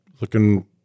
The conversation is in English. looking